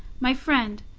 my friend,